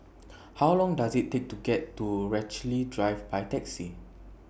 How Long Does IT Take to get to Rochalie Drive By Taxi